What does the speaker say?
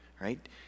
Right